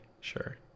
sure